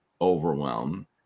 overwhelm